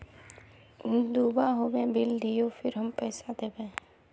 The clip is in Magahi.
दूबा होबे बिल दियो फिर हम पैसा देबे?